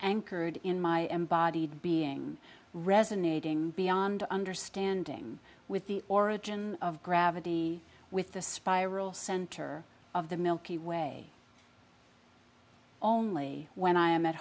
anchored in my embodied being resonating beyond understanding with the origin of gravity with the spiral center of the milky way only when i am at